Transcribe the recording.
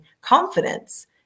CONFIDENCE